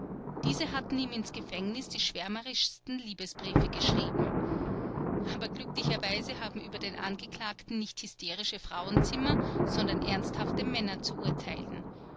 diese hatten ihm ins gefängnis die schwärmerischsten liebesbriefe geschrieben aber glücklicherweise haben über den angeklagten nicht hysterische frauenzimmer sondern ernsthafte männer zu urteilen